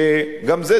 גם זה,